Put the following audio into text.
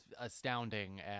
astounding